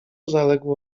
zaległo